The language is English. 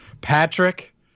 Patrick